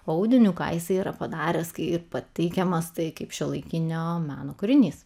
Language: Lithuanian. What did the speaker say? audiniu ką jisai yra padaręs kai pateikiamas tai kaip šiuolaikinio meno kūrinys